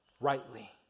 rightly